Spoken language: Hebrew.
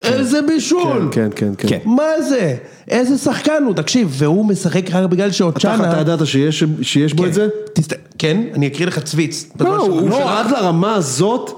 - איזה בישול! - כן, כן, כן, כן. - מה זה? איזה שחקן הוא? תקשיב, והוא משחק ככה בגלל שעוד שנה... - אתה חכה, אתה ידעת שיש בו את זה? - כן, אני אקריא לך צוויץ. - לא, לא הוא עד לרמה הזאת...